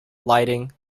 lighting